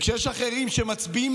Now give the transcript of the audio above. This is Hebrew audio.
וכשיש אחרים שמצביעים